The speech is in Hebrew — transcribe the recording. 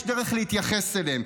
יש דרך להתייחס אליהם,